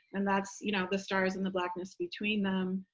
and that's, you know, the stars and the blackness between them,